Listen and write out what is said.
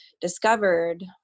discovered